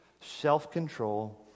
self-control